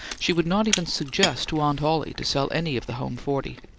she would not even suggest to aunt ollie to sell any of the home forty.